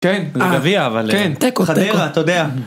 כן, לגביע, אבל... כן, תיקו, חדרה, אתה יודע.